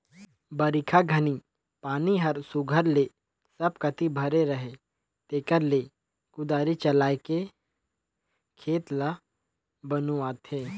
बरिखा घनी पानी हर सुग्घर ले सब कती भरे रहें तेकरे ले कुदारी चलाएके खेत ल बनुवाथे